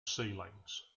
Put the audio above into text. ceilings